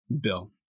bill